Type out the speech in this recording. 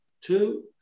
two